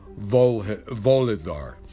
Volodar